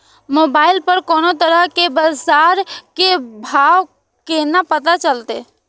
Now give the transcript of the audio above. Mobile पर कोनो तरह के बाजार के भाव केना पता चलते?